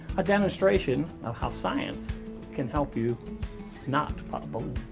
a demonstration of how science can help you not pop um